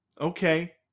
okay